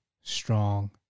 strong